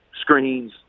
screens